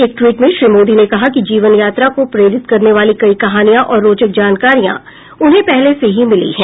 एक ट्वीट में श्री मोदी ने कहा कि जीवन यात्रा को प्रेरित करने वाली कई कहानियां और रोचक जानकारियां उन्हें पहले से ही मिली हैं